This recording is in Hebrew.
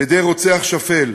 על-ידי רוצח שפל.